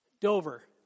Dover